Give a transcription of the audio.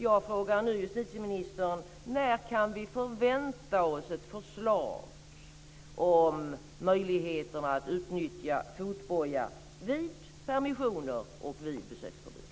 Jag frågar nu justitieministern när vi kan förvänta oss ett förslag om möjligheterna att utnyttja fotboja vid permissioner och vid besöksförbud.